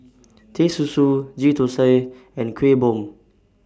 Teh Susu Ghee Thosai and Kuih Bom